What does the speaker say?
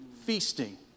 feasting